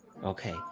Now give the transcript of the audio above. okay